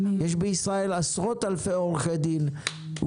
יש בישראל עשרות אלפי עורכי דין,